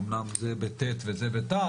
אמנם זה ב"ת" וזה ב"ט",